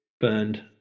burned